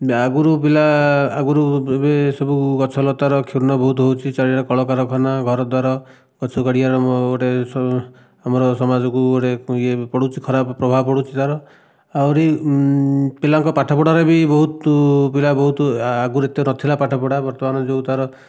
ଆଗରୁ ପିଲା ଆଗରୁ ଏବେ ସବୁ ଗଛ ଲତାର କ୍ଷୁର୍ଣ୍ଣ ବହୁତ ହେଉଛି ଚାରିଆଡ଼େ କଳ କାରଖାନା ଘରଦ୍ୱାର ଗଛ କାଟିବାରେ ଗୋଟିଏ ସବୁ ଆମର ସମାଜକୁ ଗୋଟିଏ ଇଏ ପଡ଼ୁଛି ଖରାପ ପ୍ରଭାବ ପଡ଼ୁଛି ତାର ଆହୁରି ପିଲାଙ୍କ ପାଠପଢ଼ାରେ ବି ବହୁତ ପିଲା ବହୁତ ଆଗରୁ ଏତେ ନଥିଲା ପାଠପଢ଼ା ବର୍ତ୍ତମାନ ଯେଉଁ ତା'ର